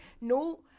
no